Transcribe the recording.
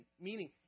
meaning